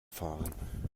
fahren